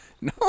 No